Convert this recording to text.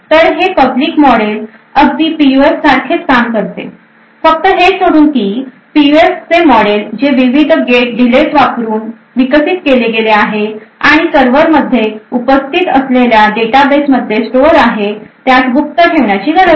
तर हे public model अगदी पीयूएफ सारखेच काम करते फक्त हे सोडून की पीयूएफचे मॉडेल जे विविध गेट डिलेज वापरुन विकसित केले गेले आहे आणि सर्व्हरमध्ये उपस्थित असलेल्या डेटाबेसमध्ये स्टोअर आहे त्यास गुप्त ठेवण्याची गरज नाही